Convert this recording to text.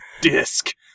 disc